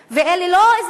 אלה לא חיילים שסירבו לשרת,